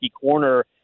corner